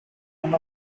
one